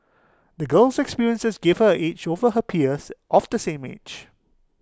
the girl's experiences gave her an edge over her peers of the same age